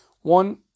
one